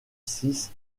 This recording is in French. six